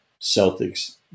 Celtics